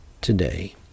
today